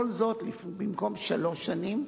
כל זאת במקום שלוש שנים,